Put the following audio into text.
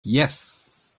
yes